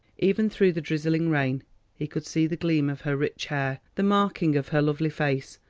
even through the drizzling rain he could see the gleam of her rich hair, the marking of her lovely face,